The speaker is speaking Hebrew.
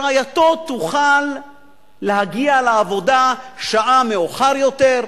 רעייתו תוכל להגיע לעבודה שעה מאוחר יותר,